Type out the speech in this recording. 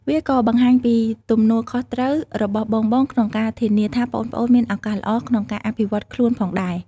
វាក៏បង្ហាញពីទំនួលខុសត្រូវរបស់បងៗក្នុងការធានាថាប្អូនៗមានឱកាសល្អក្នុងការអភិវឌ្ឍខ្លួនផងដែរ។